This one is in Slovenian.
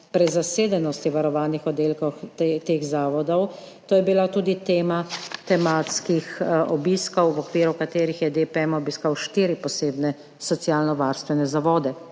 prezasedenosti varovanih oddelkov teh zavodov, to je bila tudi tema tematskih obiskov, v okviru katerih je DPM obiskal štiri posebne socialnovarstvene zavode.